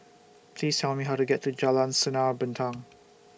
Please Tell Me How to get to Jalan Sinar Bintang